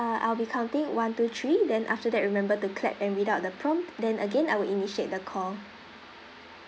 uh I'll be counting one two three then after that remember to clap and read out the prompt then again I'll initiate the call